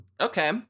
Okay